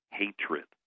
hatred